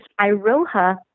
Iroha